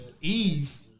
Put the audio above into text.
Eve